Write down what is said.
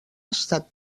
estat